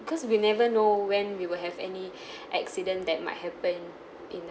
because we never know when we will have any accident that might happen in